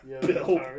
Bill